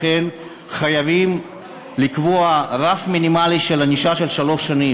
לכן חייבים לקבוע רף מינימלי של ענישה של שלוש שנים.